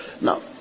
Now